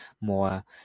more